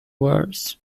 worse